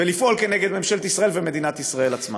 ולפעול נגד ממשלת ישראל ומדינת ישראל עצמה.